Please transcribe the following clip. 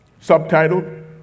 Subtitled